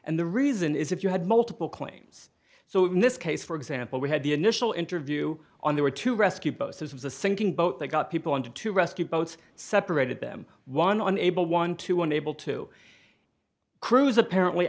and the reason is if you had multiple claims so in this case for example we had the initial interview on there were two rescue boats it was a sinking boat that got people into to rescue boats separated them one on able one to one able to cruz apparently